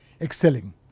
excelling